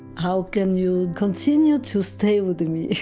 how can you continue to stay with me?